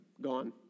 gone